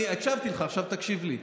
הקשבתי לך, עכשיו תקשיב לי.